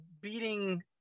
beating